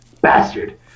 Bastard